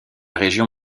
région